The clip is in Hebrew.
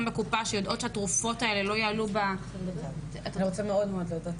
בקופה שיידעו שהתרופות אצלכם לא יעלו --- אני חייבת לצאת,